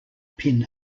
pin